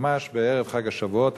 ממש בערב חג השבועות.